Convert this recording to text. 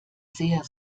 sehr